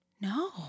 No